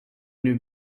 knew